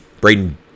Braden